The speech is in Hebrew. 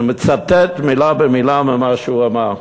אני מצטט מילה במילה ממה שהוא אמר,